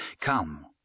Come